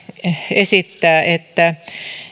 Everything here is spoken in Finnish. esittää että